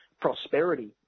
prosperity